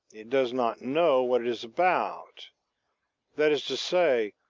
it does not know what it is about that is to say,